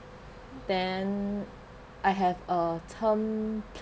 then I have a term